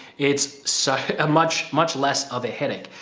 it's so much, much less of a headache.